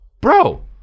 Bro